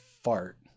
fart